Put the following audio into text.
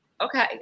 Okay